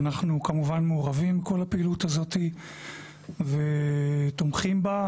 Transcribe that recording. אנחנו כמובן מעורבים בכל הפעילות הזאת ותומכים בה.